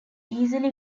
easily